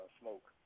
smoke